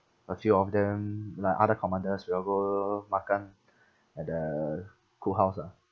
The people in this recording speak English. a few of them like other commanders we all go makan at the cookhouse ah